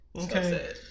Okay